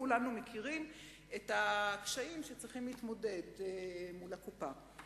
וכולנו מכירים את הקשיים כשצריכים להתמודד מול הקופה.